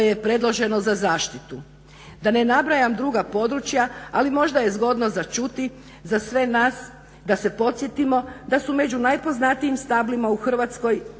Hrvatskoj